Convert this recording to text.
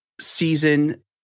season